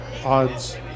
Odds